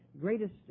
greatest